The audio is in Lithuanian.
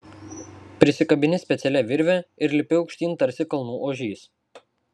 prisikabini specialia virve ir lipi aukštyn tarsi kalnų ožys